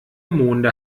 monde